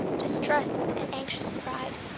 distrusts and anxious pride,